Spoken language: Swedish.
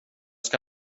ska